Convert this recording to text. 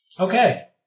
Okay